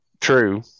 true